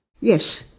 Yes